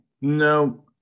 No